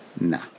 nah